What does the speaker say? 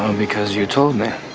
because you told me